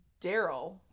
Daryl